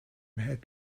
had